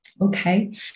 Okay